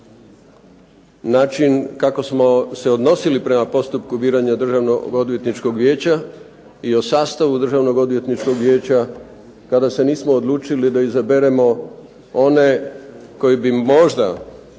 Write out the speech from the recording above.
Način kako smo se odnosili prema postupku biranja Državno-odvjetničkog vijeća i o sastavu Državno-odvjetničkog vijeća kada se nismo odlučili da izaberemo one koji bi možda